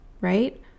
right